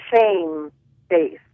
shame-based